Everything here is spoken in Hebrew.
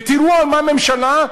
ותראו על מה הממשלה,